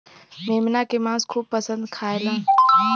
मेमना के मांस खूब पसंद से खाएलन